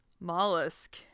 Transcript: Mollusk